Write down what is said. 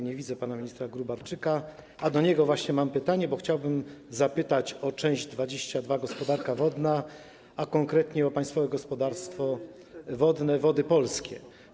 Nie widzę pana ministra Gróbarczyka, a do niego właśnie mam pytanie, bo chciałbym zapytać o część 22: Gospodarka wodna, a konkretnie o Państwowe Gospodarstwo Wodne Wody Polskie.